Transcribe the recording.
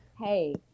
hey